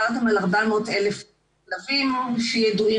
אני מדברת על 400,000 כלבים שידועים